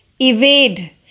evade